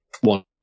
one